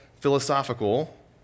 philosophical